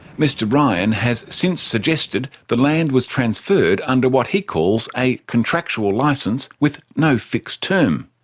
mr ryan has since suggested the land was transferred under what he calls a contractual licence with no fixed term.